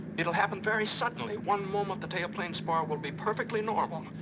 it'll happen very suddenly. one moment the tail plane spar will be perfectly normal,